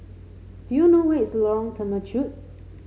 do you know where is Lorong Temechut